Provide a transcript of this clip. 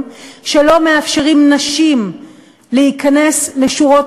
כי כולכם גברים שלא מאפשרים לנשים להיכנס לשורות